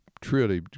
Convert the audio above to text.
truly